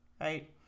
right